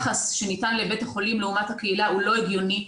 היחס שניתן לבית החולים לעומת הקהילה הוא לא הגיוני,